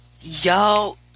y'all